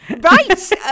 right